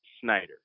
Snyder